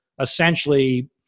essentially